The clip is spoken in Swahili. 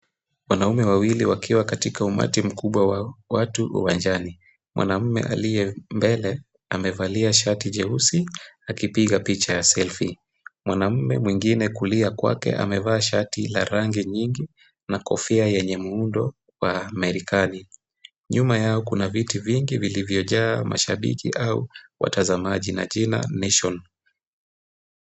Wanaume wawili wakiwa katika umati mkubwa wa watu uwanjani. Mwanaume aliye mbele amevalia shati jeusi akipiga picha ya selfie . Mwanaume mwingine kulia kwake amevaa shati la rangi nyingi na kofia yenye muundo wa Amerikani. Nyuma yao kuna viti vingi vilivyojaa mashabiki au watazamaji na jina Nation .